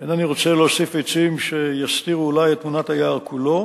איני רוצה להוסיף עצים שיסתירו אולי את תמונת היער כולו.